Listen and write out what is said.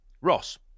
Ross